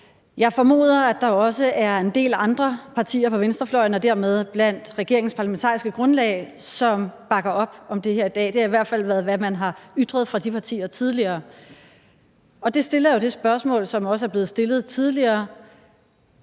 Jeg formoder, at der også er en del andre partier på venstrefløjen og dermed blandt regeringens parlamentariske grundlag, som bakker op om det her i dag. Det er i hvert fald, hvad man har ytret fra de partier tidligere. Det medfører jo det spørgsmål, som også er blevet stillet tidligere: